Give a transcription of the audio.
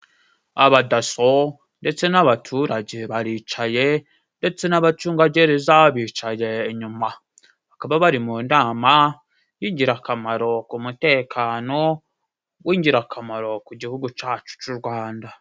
Abadaso ndetse n'abaturage baricaye ndetse n'abacungagereza bicaye inyuma, bakaba bari mu nama y'ingirakamaro ku mutekano w'ingirakamaro ku gihugu cacu c'u Rwanda.